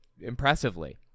impressively